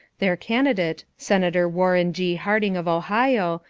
their candidate, senator warren g. harding of ohio,